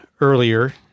earlier